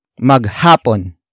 Maghapon